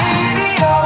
Radio